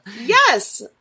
Yes